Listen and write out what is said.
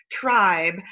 tribe